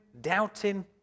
doubting